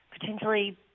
potentially